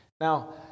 Now